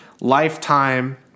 lifetime